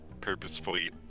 purposefully